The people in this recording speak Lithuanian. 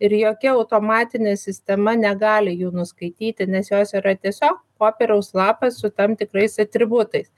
ir jokia automatinė sistema negali jų nuskaityti nes jos yra tiesiog popieriaus lapas su tam tikrais atributais